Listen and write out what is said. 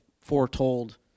foretold